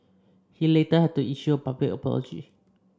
he later had to issue a public apology